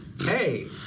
hey